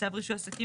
בצו רישוי עסקים,